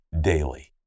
daily